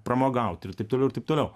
pramogauti ir taip toliau ir taip toliau